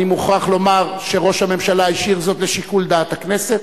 אני מוכרח לומר שראש הממשלה השאיר זאת לשיקול דעת הכנסת.